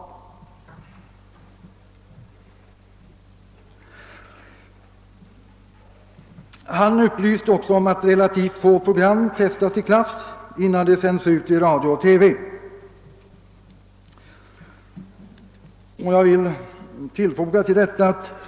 Skol-TV-chefen upplyste också om att relativt få program testas i klass innan de sänds i radio eller TV.